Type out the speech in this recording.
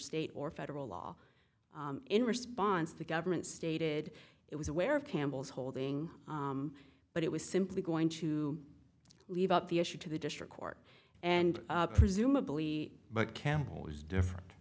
state or federal law in response the government stated it was aware of campbell's holding but it was simply going to leave up the issue to the district court and presumably but campbell is different